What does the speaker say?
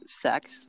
sex